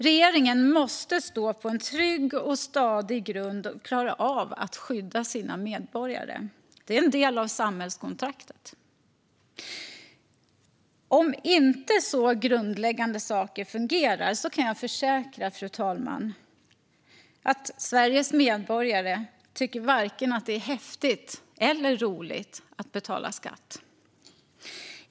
Regeringen måste stå på en trygg och stadig grund och klara av att skydda sina medborgare. Detta är en del av samhällskontraktet. Om så grundläggande saker inte fungerar kan jag försäkra, fru talman, att Sveriges medborgare varken tycker att det är häftigt eller roligt att betala skatt.